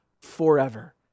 forever